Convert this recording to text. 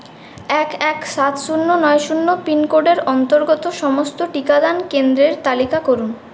এক এক সাত শূন্য নয় শূন্য পিনকোডের অন্তর্গত সমস্ত টিকাদান কেন্দ্রের তালিকা করুন